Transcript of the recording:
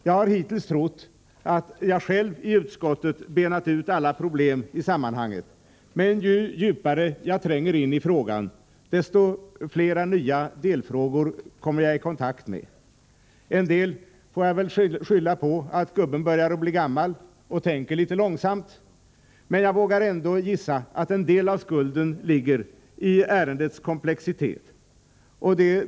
Jag har hittills trott att jag själv i utskottet benat ut alla problem i sammanhanget, men ju djupare jag tränger in i frågan, desto fler nya delfrågor kommer jag i kontakt med. En del får jag väl skylla på att gubben börjar bli gammal och tänker litet långsamt. Men jag vågar ändå gissa att en del av skulden ligger i ärendets komplexitet.